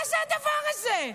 מה זה הדבר הזה?